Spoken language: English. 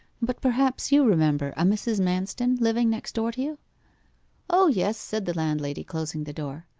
but perhaps you remember a mrs. manston living next door to you o yes said the landlady, closing the door.